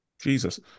Jesus